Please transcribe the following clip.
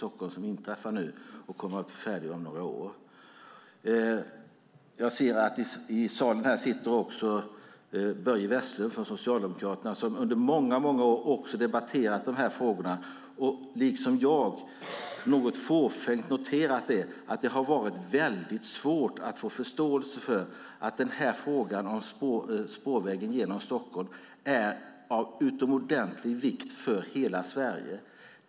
Och det kommer att bli färdigt om några år. Jag ser att Börje Vestlund från Socialdemokraterna sitter här i salen. Han har under många år också debatterat de här frågorna och, liksom jag, något fåfängt noterat att det har varit svårt att få förståelse för att frågan om spårväg genom Stockholm är av utomordentlig vikt för hela Sverige.